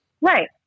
right